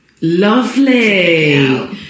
Lovely